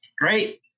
Great